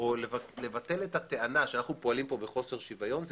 או את הטענה שאנו פועלים בחוסר שוויון,